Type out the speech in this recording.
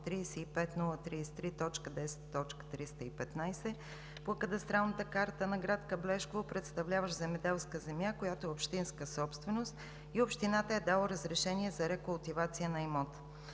по кадастралната карта на град Каблешково, представляващ земеделска земя, която е общинска собственост, и общината е дала разрешение за рекултивация на имота.